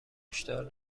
کشتار